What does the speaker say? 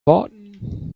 warten